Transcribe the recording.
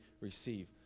receive